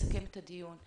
נסכם את הדיון.